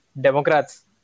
Democrats